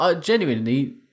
Genuinely